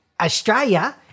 Australia